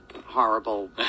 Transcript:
horrible